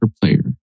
player